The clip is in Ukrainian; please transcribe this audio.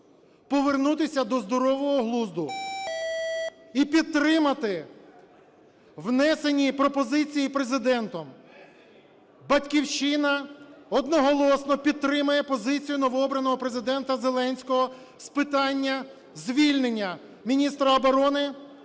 повернутися до здорового глузду і підтримати внесені пропозиції Президентом. "Батьківщина" одноголосно підтримує пропозицію новообраного Президента Зеленського з питання звільнення міністра оборони,